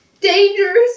dangerous